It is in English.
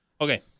Okay